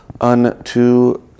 unto